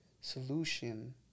solution